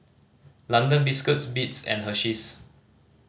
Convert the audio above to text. London Biscuits Beats and Hersheys